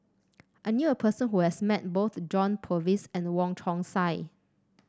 I knew a person who has met both John Purvis and Wong Chong Sai